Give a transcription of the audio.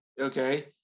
okay